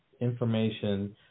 information